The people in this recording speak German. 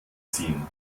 ziehen